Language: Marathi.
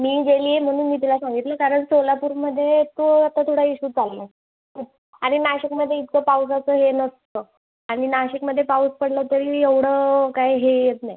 मी गेली आहे म्हणून मी तुला सांगितलं कारण सोलापूरमध्ये तो आता थोडा इश्यू चालला आहे आणि नाशिकमध्ये इतकं पावसाचं हे नसतं आणि नाशिकमध्ये पाऊस पडला तरी एवढं काही हे येत नाही